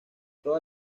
todas